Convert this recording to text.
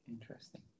Interesting